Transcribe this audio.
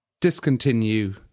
discontinue